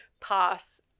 pass